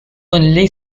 only